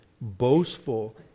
boastful